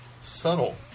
subtle